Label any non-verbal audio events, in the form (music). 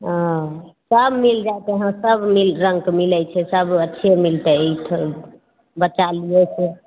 हॅं सभ मिल जायत इहाँ सभ मिल रङ्गके मिलै छै सभ अच्छे मिलतै (unintelligible) बच्चा लेब तऽ